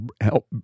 help